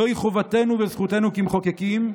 זוהי חובתנו וזכותנו כמחוקקים.